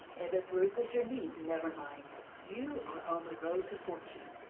if it bruises your knees never mind you are on the road to fortune.